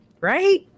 right